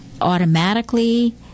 automatically